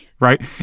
Right